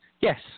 yes